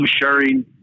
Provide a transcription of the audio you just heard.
sharing